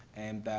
and, ah,